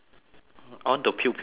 I want to people